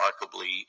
remarkably